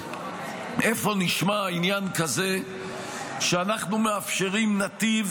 איפה נשמע עניין כזה שאנחנו מאפשרים נתיב